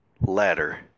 ladder